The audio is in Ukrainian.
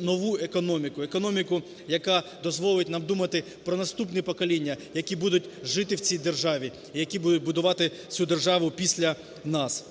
нову економіку, економіку, яка дозволить нам думати про наступні покоління, які будуть жити в цій державі, і які будуть будувати цю державу після нас.